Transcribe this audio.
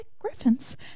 Griffins